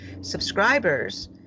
subscribers